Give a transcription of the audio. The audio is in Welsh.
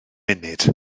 munud